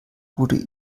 wurde